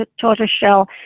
tortoiseshell